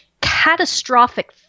catastrophic